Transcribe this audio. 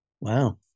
Wow